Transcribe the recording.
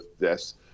deaths